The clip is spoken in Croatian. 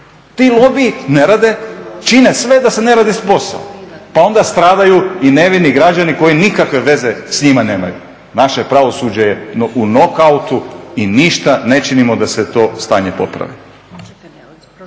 to … ne rade, čine sve da se ne radi posao pa onda stradaju i nevini građani koji nikakve veze s njima nemaju. Naše pravosuđe je u nokautu i ništa ne činimo da se to stanje popravi.